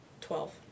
Twelve